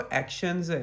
actions